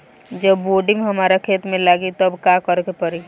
जब बोडिन हमारा खेत मे लागी तब का करे परी?